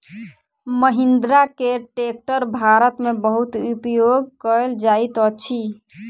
महिंद्रा के ट्रेक्टर भारत में बहुत उपयोग कयल जाइत अछि